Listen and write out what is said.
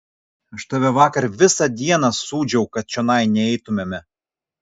aš tave vakar visą dieną sūdžiau kad čionai neitumėme